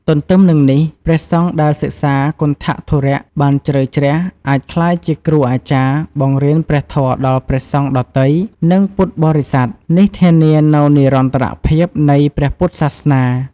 ទទ្ទឹមនឹងនេះ ព្រះសង្ឃដែលសិក្សាគន្ថធុរៈបានជ្រៅជ្រះ អាចក្លាយជាគ្រូអាចារ្យបង្រៀនព្រះធម៌ដល់ព្រះសង្ឃដទៃ និងពុទ្ធបរិស័ទ។ នេះធានានូវនិរន្តរភាពនៃព្រះពុទ្ធសាសនា។